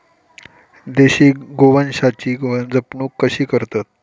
देशी गोवंशाची जपणूक कशी करतत?